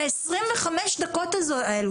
ה-25 דקות האלה,